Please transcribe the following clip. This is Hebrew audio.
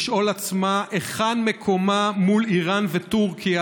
לשאול את עצמה היכן מקומה מול איראן וטורקיה